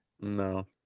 No